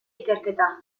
ikerketa